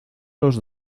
los